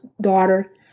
daughter